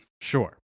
Sure